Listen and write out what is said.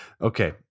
Okay